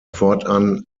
fortan